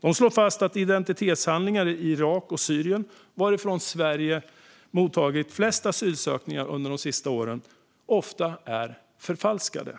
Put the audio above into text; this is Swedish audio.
De slår fast att identitetshandlingar i Irak och Syrien, varifrån Sverige mottagit flest asylansökningar de senaste åren, ofta är förfalskade.